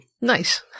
Nice